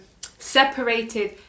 separated